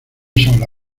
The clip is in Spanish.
sola